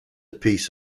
piece